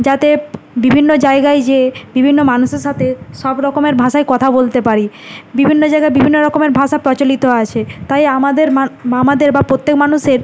যাতে বিভিন্ন জায়গায় যেয়ে বিভিন্ন মানুষের সাথে সব রকমের ভাষায় কথা বলতে পারি বিভিন্ন জায়গায় বিভিন্ন রকমের ভাষা প্রচলিত আছে তাই আমাদের আমাদের বা প্রত্যেক মানুষের